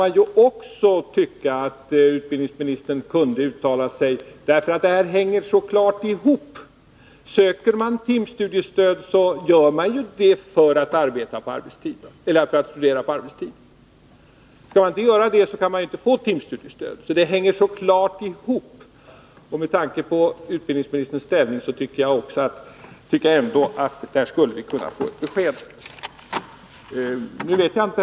Men jag tycker att även utbildningsministern kunde uttala sig. Frågorna hänger så klart ihop. Söker man timstudiestöd gör man ju det för att studera på arbetstid. Skall man inte göra det kan man inte få timstudiestöd. Med tanke på utbildningsministerns ställning tycker jag att vi skulle kunna få ett besked. Herr talman!